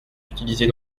utilisées